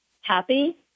happy